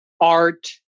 art